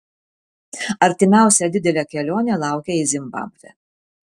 artimiausia didelė kelionė laukia į zimbabvę